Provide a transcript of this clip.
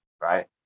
right